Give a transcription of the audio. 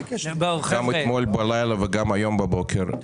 גם אתמול בלילה וגם היום בבוקר.